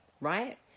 right